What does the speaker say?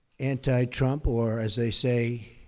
anti-trump, or, as they say,